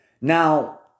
Now